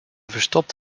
verstopt